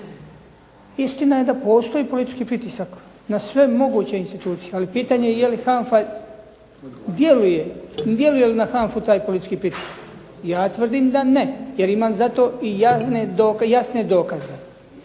Istina je da postoji politički pritisak na sve moguće institucije, ali pitanje je jeli na HANFA-u djeluje taj politički pritisak. Ja tvrdim da ne, jer imam zato jasne dokaze.